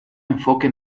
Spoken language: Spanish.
enfoque